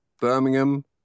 Birmingham